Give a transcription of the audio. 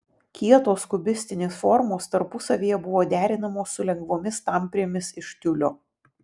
kietos kubistinės formos tarpusavyje buvo derinamos su lengvomis tamprėmis iš tiulio